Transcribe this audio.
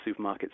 supermarkets